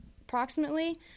approximately